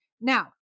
Now